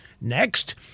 Next